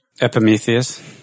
Epimetheus